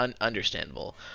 Understandable